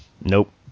Nope